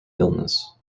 illness